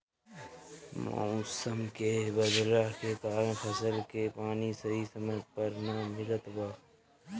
मउसम के बदलला के कारण फसल के पानी सही समय पर ना मिलत बा